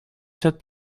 set